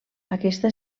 aquesta